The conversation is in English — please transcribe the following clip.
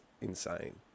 insane